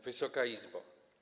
Wysoka Izbo!